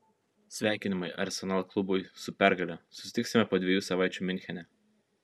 sveikinimai arsenal klubui su pergale susitiksime po dviejų savaičių miunchene